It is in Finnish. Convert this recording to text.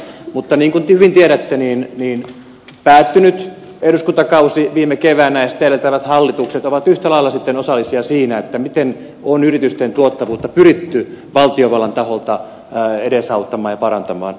mutta niin kuin hyvin tiedätte päättynyt eduskuntakausi viime keväänä ja sitä edeltävät hallitukset ovat yhtä lailla osallisia siinä miten on yritysten tuottavuutta pyritty valtiovallan taholta edesauttamaan ja parantamaan